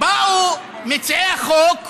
באו מציעי החוק ואומרים: